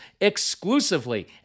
exclusively